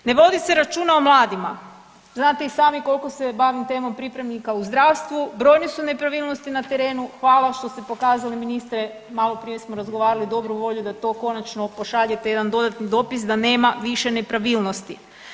Ne vodi se računa o mladima, znate i sami koliko se bavim temom pripravnika u zdravstvu, brojne su nepravilnosti na terenu, hvala što ste pokazali ministre, malo prije smo razgovarali, dobru volju da to konačno pošaljete jedan dodatni dopis da nema više nepravilnosti.